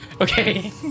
Okay